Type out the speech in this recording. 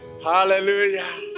Hallelujah